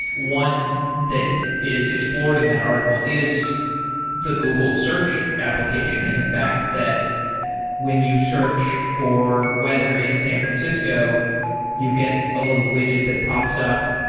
one that is explored in that article is the google search application and the fact that when you search for weather in san francisco you get a little widget that pops up,